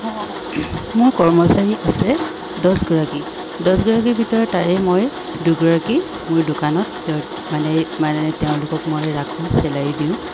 অঁ মোৰ কৰ্মচাৰী আছে দছগৰাকী দছগৰাকীৰ ভিতৰত তাৰে মই দুগৰাকী মোৰ দোকানত তেওঁ মানে মানে তেওঁলোকক মই ৰাখোঁ ছেলাৰী দিওঁ